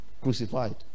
crucified